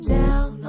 down